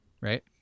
right